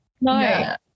no